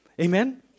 Amen